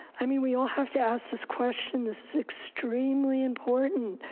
i mean, we all have to ask this question. this is extremely important.